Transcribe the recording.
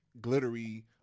glittery